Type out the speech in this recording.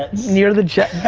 ah near the jets,